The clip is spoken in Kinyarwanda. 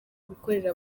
gukorera